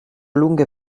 lunghe